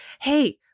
hey